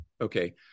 Okay